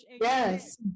Yes